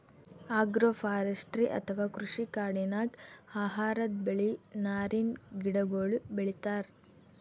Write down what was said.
agroforestry ಅಥವಾ ಕೃಷಿ ಕಾಡಿನಾಗ್ ಆಹಾರದ್ ಬೆಳಿ, ನಾರಿನ್ ಗಿಡಗೋಳು ಬೆಳಿತಾರ್